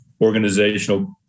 organizational